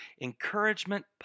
encouragement